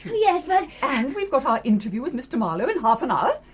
yes but and we've got our interview with mr marlowe in half an hour.